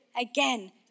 again